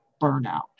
burnout